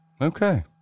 okay